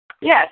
Yes